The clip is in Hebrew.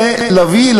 להביא,